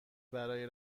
برای